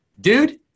dude